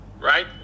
right